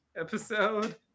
episode